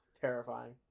terrifying